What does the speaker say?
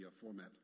format